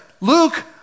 Luke